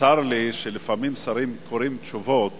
צר לי שלפעמים שרים קוראים תשובות